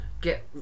get